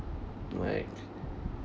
like